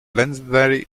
legendary